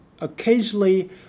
occasionally